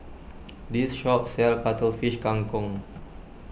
this shop sells Cuttlefish Kang Kong